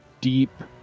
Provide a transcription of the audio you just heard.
deep